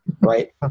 right